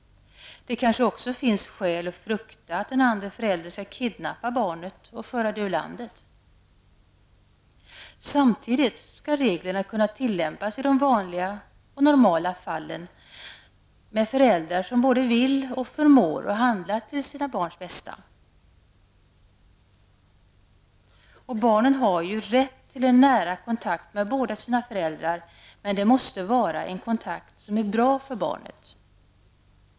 Det kanske också finns skäl att frukta att den andra föräldern skall kidnappa barnet och föra det ur landet. Men samtidigt skall reglerna kunna tillämpas i de vanliga, normala, fallen -- med föräldrar som både vill och förmår handla till sina barns bästa. Ett barn har rätt till nära kontakt med båda föräldrarna. Men det måste vara en kontakt som är bra för barnet.